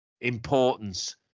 importance